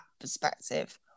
perspective